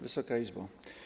Wysoka Izbo!